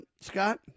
Scott